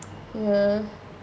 ya